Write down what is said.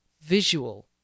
visual